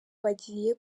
bagiye